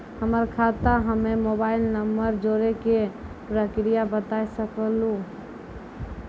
हमर खाता हम्मे मोबाइल नंबर जोड़े के प्रक्रिया बता सकें लू?